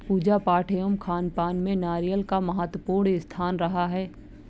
पूजा पाठ एवं खानपान में नारियल का महत्वपूर्ण स्थान रहा है